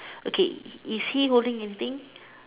okay is he holding anything